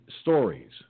stories